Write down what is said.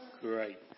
Great